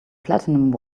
platinum